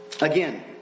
Again